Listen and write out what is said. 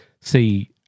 see